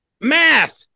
math